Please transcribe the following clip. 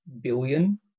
billion